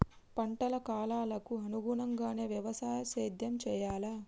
పంటల కాలాలకు అనుగుణంగానే వ్యవసాయ సేద్యం చెయ్యాలా?